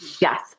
Yes